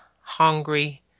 hungry